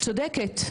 צודקת.